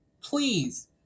Please